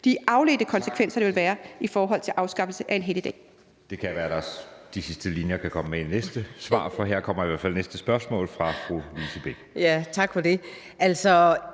de afledte konsekvenser, der vil være af afskaffelse af en helligdag.